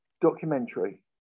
documentary